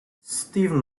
stephen